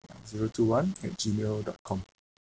ah zero two one at G mail dot com